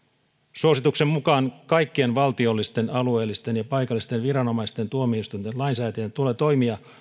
suosituksen mukaan kaikkien valtiollisten alueellisten ja paikallisten viranomaisten tuomioistuinten ja lainsäätäjien tulee toimia